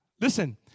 Listen